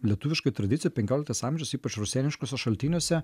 lietuviškoj tradicijoj penkioliktas amžius ypač rusėniškuose šaltiniuose